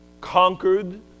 conquered